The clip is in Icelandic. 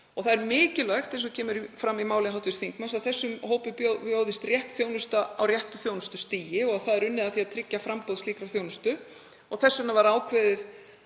Það er mikilvægt, eins og kemur fram í máli hv. þingmanns, að þessum hópi bjóðist rétt þjónusta á réttu þjónustustigi. Unnið er að því að tryggja framboð slíkrar þjónustu. Þess vegna var ákveðið